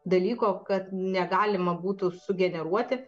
dalyko kad negalima būtų sugeneruoti